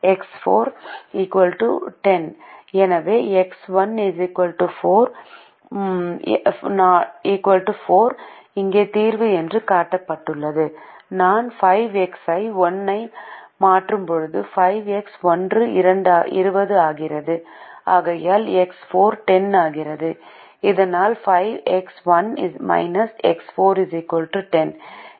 எனவே எக்ஸ் 1 4 இங்கே தீர்வு என்று காட்டப்பட்டுள்ளது நான் 5 எக்ஸ் 1 ஐ மாற்றும்போது 5 எக்ஸ் 1 20 ஆகிறது ஆகையால் எக்ஸ் 4 10 ஆகிறது இதனால் 5 எக்ஸ் 1 எக்ஸ் 4 10